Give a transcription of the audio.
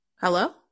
hello